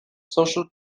social